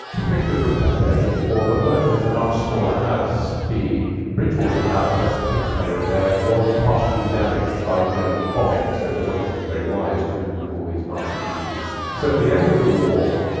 the pictures were kept there during the war. but merton is a much smaller house. the bridgewater house, that's the picture gallery there, was partially damaged by german bombing, so it had obviously been very wise to remove all these masterpieces. so at the end of the war,